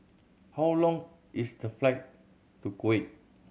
how long is the flight to Kuwait